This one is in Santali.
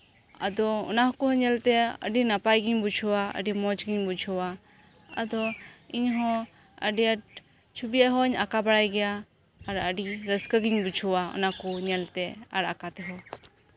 ᱟᱫᱚ ᱚᱱᱟᱠᱚ ᱧᱮᱞᱛᱮ ᱟᱹᱰᱤ ᱱᱟᱯᱟᱭ ᱜᱤᱧ ᱵᱩᱡᱷᱟᱹᱣᱟ ᱟᱹᱰᱤ ᱢᱚᱸᱡᱽᱜᱤᱧ ᱵᱩᱡᱷᱟᱹᱣᱟ ᱟᱫᱚ ᱤᱧᱦᱚ ᱟᱹᱰᱤ ᱟᱸᱴ ᱪᱷᱚᱵᱤ ᱦᱚᱧ ᱟᱸᱠᱟᱣ ᱵᱟᱲᱟᱭ ᱜᱮᱭᱟ ᱟᱨ ᱟᱹᱰᱤ ᱨᱟᱹᱥᱠᱟᱹᱜᱤᱧ ᱵᱩᱡᱷᱟᱹᱣᱟ ᱚᱱᱟᱠᱚ ᱧᱮᱞᱛᱮ ᱟᱨ ᱟᱸᱠᱟᱣᱛᱮᱦᱚ